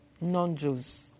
non-Jews